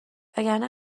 وگرنه